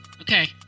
Okay